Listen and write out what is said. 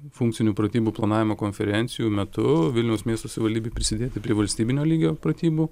funkcinių pratybų planavimo konferencijų metu vilniaus miesto savivaldybei prisidėti prie valstybinio lygio pratybų